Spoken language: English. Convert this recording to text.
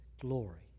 glory